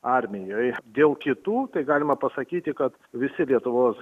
armijoj dėl kitų galima pasakyti kad visi lietuvos